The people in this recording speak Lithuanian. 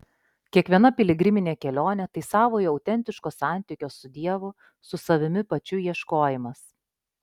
kiekviena piligriminė kelionė tai savojo autentiško santykio su dievu su savimi pačiu ieškojimas